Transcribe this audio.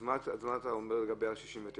מה אתה אומר לגבי סעיף 69?